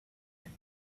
him